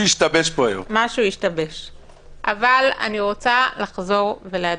אני רוצה לחזור ולהדגיש.